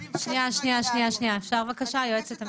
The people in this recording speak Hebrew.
שנייה, שנייה, אפשר בבקשה, היועצת המשפטית, כן.